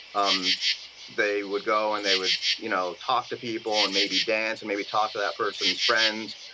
um they would go and they would you know talk to people and maybe dance and maybe talk to that person's friends.